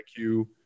IQ